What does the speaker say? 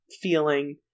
feeling